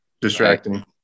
distracting